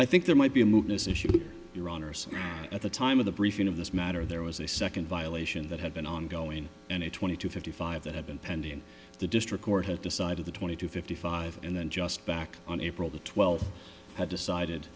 i think there might be a move this issue your honor samantha at the time of the briefing of this matter there was a second violation that had been ongoing in a twenty two fifty five that have been pending in the district court had decided the twenty to fifty five and then just back on april the twelfth had decided